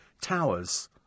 towers